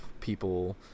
people